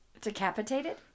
Decapitated